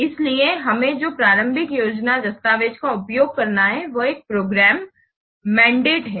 इसलिए हमें जो प्रारंभिक योजना दस्तावेज का उपयोग करना है वह एक प्रोग्राम मैंडेट है